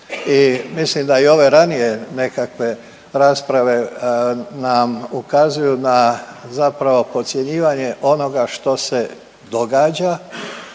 mislim da i ove ranije nekakve rasprave nam ukazuju na zapravo podcjenjivanje onoga što se događa